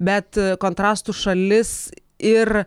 bet kontrastų šalis ir